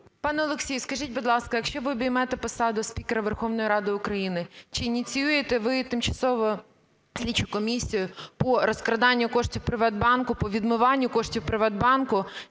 Пане Олексію, скажіть, будь ласка, якщо ви обіймете посаду спікера Верховної Ради України, чи ініціюєте ви тимчасову слідчу комісію по розкраданню коштів Приватбанку, по відмиванню коштів Приватбанку,